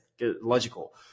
Logical